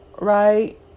right